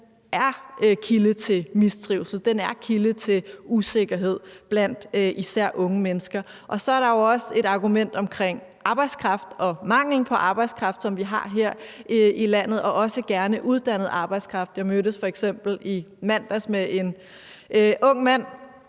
er kilde til mistrivsel. Den er kilde til usikkerhed blandt især unge mennesker. Og så er der jo også et argument omkring arbejdskraft og manglen på arbejdskraft, også gerne uddannet arbejdskraft, som vi har her i landet. Jeg mødtes f.eks. i mandags med en ung mand